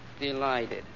Delighted